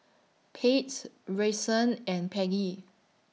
Pates Brycen and Peggy